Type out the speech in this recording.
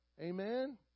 Amen